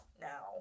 now